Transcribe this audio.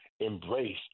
embrace